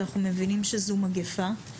אנחנו מבינים שזו מגפה.